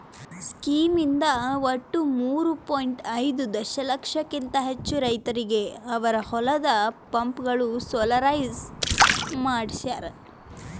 scheme ಇಂದ ಒಟ್ಟು ಮೂರೂ ಪಾಯಿಂಟ್ ಐದೂ ದಶಲಕ್ಷಕಿಂತ ಹೆಚ್ಚು ರೈತರಿಗೆ ಅವರ ಹೊಲದ ಪಂಪ್ಗಳು ಸೋಲಾರೈಸ್ ಮಾಡಿಸ್ಯಾರ್